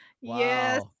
Yes